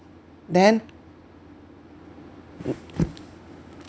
then